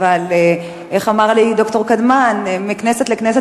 אבל איך אמר לי ד"ר קדמן: מכנסת לכנסת